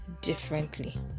differently